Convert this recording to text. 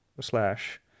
slash